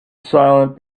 silent